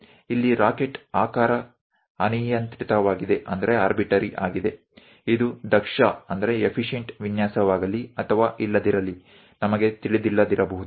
ಇಲ್ಲಿ ರಾಕೆಟ್ ಆಕಾರ ಅನಿಯಂತ್ರಿತವಾಗಿದೆ ಇದು ದಕ್ಷ ವಿನ್ಯಾಸವಾಗಲಿ ಅಥವಾ ಇಲ್ಲದಿರಲಿ ನಮಗೆ ತಿಳಿದಿಲ್ಲದಿರಬಹುದು